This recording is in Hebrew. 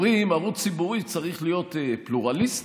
אומרים: ערוץ ציבורי צריך להיות פלורליסטי,